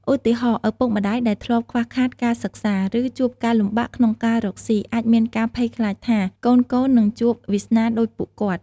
ឧទាហរណ៍ ឪពុកម្ដាយដែលធ្លាប់ខ្វះខាតការសិក្សា ឬជួបការលំបាកក្នុងការរកស៊ី អាចមានការភ័យខ្លាចថា កូនៗនឹងជួបវាសនាដូចពួកគាត់។